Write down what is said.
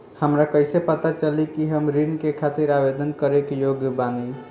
हमरा कइसे पता चली कि हम ऋण के खातिर आवेदन करे के योग्य बानी?